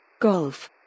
Golf